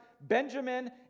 Benjamin